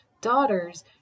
daughters